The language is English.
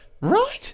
right